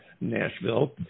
Nashville